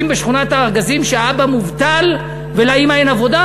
בשכונת-הארגזים שהאבא מובטל ולאימא אין עבודה?